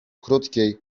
krótkiej